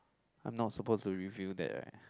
I'm not supposed to reveal that right